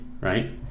right